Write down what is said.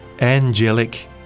Angelic